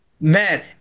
man